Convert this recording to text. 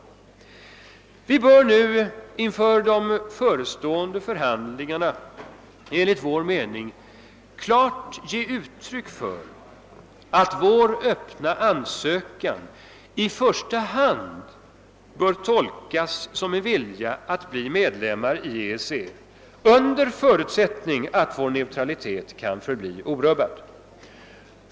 vår mening bör vi nu inför de förestående förhandlingarna klart ge uttryck för att vår öppna ansökan i första hand bör tolkas som en vilja att bli medlemmar i EEC under förutsättning att vår neutralitet kan förbli orubbad.